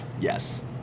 Yes